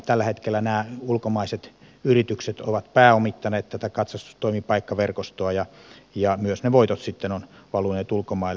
tällä hetkellä nämä ulkomaiset yritykset ovat pääomittaneet tätä katsastustoimipaikkaverkostoa ja myös ne voitot sitten ovat valuneet ulkomaille